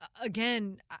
again